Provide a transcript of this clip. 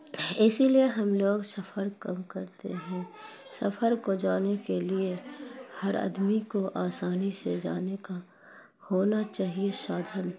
اسی لیے ہم لوگ سفر کم کرتے ہیں سفر کو جانے کے لیے ہر آدمی کو آسانی سے جانے کا ہونا چاہیے سادھن